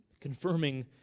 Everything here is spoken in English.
confirming